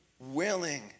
Willing